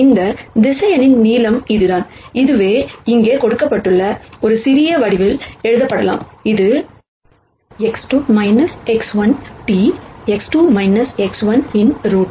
இந்த வெக்டர் நீளம் இதுதான் இதுவும் இங்கே கொடுக்கப்பட்டுள்ளபடி ஒரு சிறிய வடிவத்தில் எழுதப்படலாம் இது T இன் வேர்